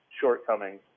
shortcomings